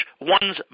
one's